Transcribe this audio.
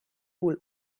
wohl